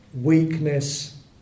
weakness